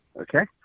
okay